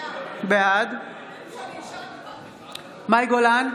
בעד מאי גולן,